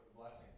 blessing